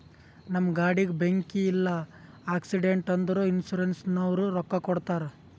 ನಮ್ ಗಾಡಿಗ ಬೆಂಕಿ ಇಲ್ಲ ಆಕ್ಸಿಡೆಂಟ್ ಆದುರ ಇನ್ಸೂರೆನ್ಸನವ್ರು ರೊಕ್ಕಾ ಕೊಡ್ತಾರ್